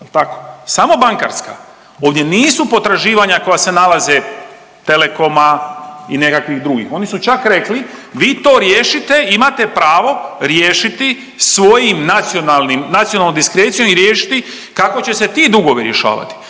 samo bankarska, ovdje nisu potraživanja koja se nalaze Telekoma i nekakvim drugih, oni su čak rekli vi to riješite, imate pravo riješiti svojim nacionalnim, nacionalnom diskrecijom i riješiti kako će se ti dugovi rješavati,